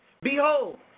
Behold